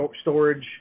storage